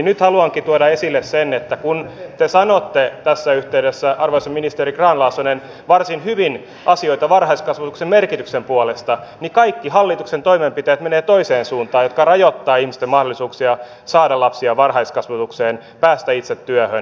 nyt haluankin tuoda esille sen että kun te sanotte tässä yhteydessä arvoisa ministeri grahn laasonen varsin hyvin asioita varhaiskasvatuksen merkityksen puolesta niin kaikki hallituksen toimenpiteet menevät toiseen suuntaan ja rajoittavat ihmisten mahdollisuuksia saada lapsia varhaiskasvatukseen päästä itse työhön